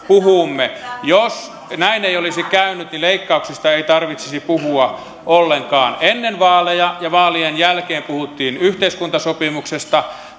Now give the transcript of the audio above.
puhumme jos näin ei olisi käynyt niin leikkauksista ei tarvitsisi puhua ollenkaan ennen vaaleja ja vaalien jälkeen puhuttiin yhteiskuntasopimuksesta